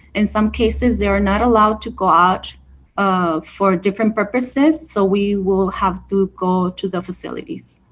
in some cases they are not allowed to go out um for different purposes, so we will have to go to the facilities.